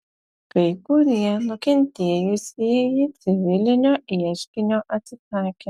kai kurie nukentėjusieji civilinio ieškinio atsisakė